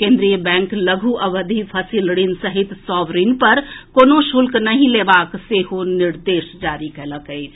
केन्द्रीय बैंक लघु अवधि फसिल ऋण सहित सभ ऋण पर कोनो शुल्क नहि लेबाक सेहो निर्देश जारी कएलक अछि